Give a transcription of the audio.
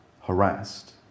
harassed